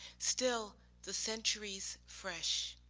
still, the centuries fresh,